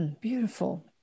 beautiful